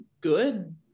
good